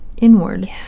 inward